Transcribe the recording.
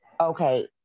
Okay